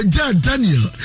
Daniel